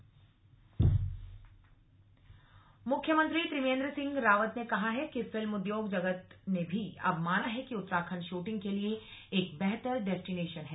राष्ट्रीय पुरस्कार सीए मुख्यमंत्री त्रिवेंद्र सिंह रावत ने कहा है कि फिल्म उद्योग जगत ने भी अब माना है कि उत्तराखण्ड शूटिंग के लिए एक बेहतर डेस्टिनेशन है